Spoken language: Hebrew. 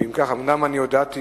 אומנם אני הודעתי